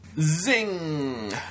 Zing